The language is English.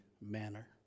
manner